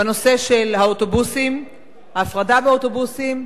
בנושא של ההפרדה באוטובוסים,